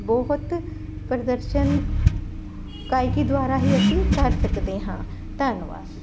ਬਹੁਤ ਪ੍ਰਦਰਸ਼ਨ ਗਾਇਕੀ ਦੁਆਰਾ ਹੀ ਅਸੀਂ ਕਰ ਸਕਦੇ ਹਾਂ ਧੰਨਵਾਦ